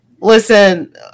Listen